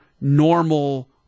normal